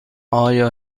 آیا